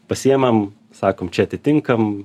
pasiemam sakom čia atitinkam